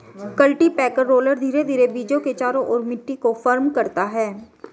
cultipacker roller धीरे धीरे बीजों के चारों ओर मिट्टी को फर्म करता है